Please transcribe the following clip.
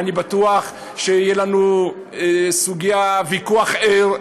אני בטוח שיהיה לנו ויכוח ער.